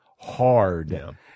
Hard